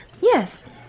Yes